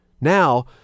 Now